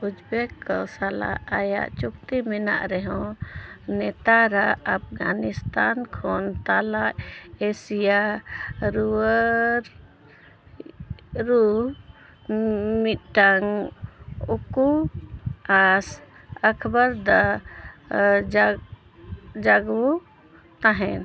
ᱥᱟᱞᱟᱜ ᱟᱭᱟᱜ ᱪᱩᱠᱛᱤ ᱢᱮᱱᱟᱜ ᱨᱮ ᱦᱚᱸ ᱱᱮᱛᱟᱨᱟᱜ ᱟᱯᱷᱜᱟᱹᱱᱤᱥᱛᱟᱱ ᱠᱷᱚᱱ ᱛᱟᱞᱟ ᱮᱥᱤᱭᱟ ᱨᱩᱣᱟᱹᱫ ᱨᱩ ᱢᱤᱫᱴᱟᱝ ᱩᱠᱩ ᱟᱸᱥ ᱟᱠᱷᱵᱟᱨᱫᱟ ᱡᱟ ᱡᱟᱜᱩ ᱛᱟᱦᱮᱱ